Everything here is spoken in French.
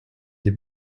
des